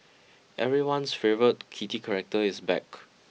everyone's favourite kitty character is back